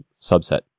subset